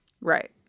Right